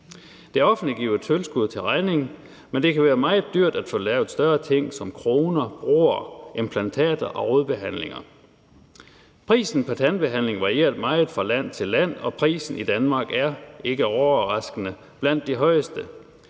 Det offentlige giver tilskud til regningen, men det kan være meget dyrt at få lavet større ting som kroner, broer, implantater og rodbehandlinger. Prisen på tandbehandling varierer meget fra land til land, og priserne i Danmark er, ikke overraskende, blandt de højeste.